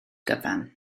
gyfan